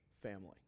family